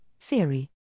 theory